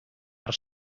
per